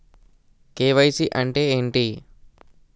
KYC అంటే ఏంటి?